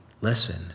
listen